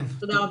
תודה רבה.